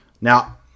Now